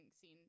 seen